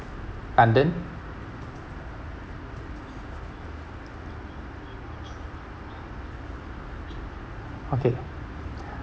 london okay